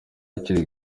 bakiri